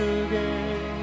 again